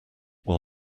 will